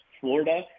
Florida